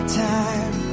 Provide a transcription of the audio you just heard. time